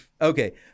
Okay